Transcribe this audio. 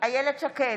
איילת שקד,